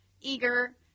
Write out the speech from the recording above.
eager